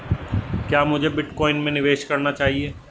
क्या मुझे बिटकॉइन में निवेश करना चाहिए?